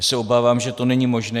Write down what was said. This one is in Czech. Já se obávám, že to není možné.